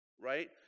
Right